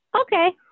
okay